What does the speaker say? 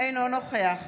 אינו נוכח